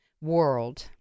world